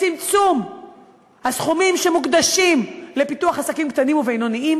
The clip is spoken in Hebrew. צמצום הסכומים שמוקדשים לפיתוח עסקים קטנים ובינוניים,